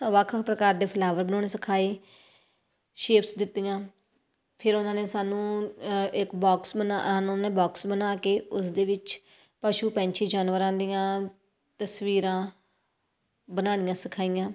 ਵੱਖ ਵੱਖ ਪ੍ਰਕਾਰ ਦੇ ਫਲਾਵਰ ਬਣਾਉਣੇ ਸਿਖਾਏ ਸ਼ੇਪਸ ਦਿੱਤੀਆਂ ਫਿਰ ਉਹਨਾਂ ਨੇ ਸਾਨੂੰ ਇੱਕ ਬੋਕਸ ਬਣਾ ਸਾਨੂੰ ਉਹਨੇ ਬੋਕਸ ਬਣਾ ਕੇ ਉਸ ਦੇ ਵਿੱਚ ਪਸ਼ੂ ਪੰਛੀ ਜਾਨਵਰਾਂ ਦੀਆਂ ਤਸਵੀਰਾਂ ਬਣਾਉਣੀਆਂ ਸਿਖਾਈਆਂ